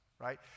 Right